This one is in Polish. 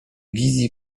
wizji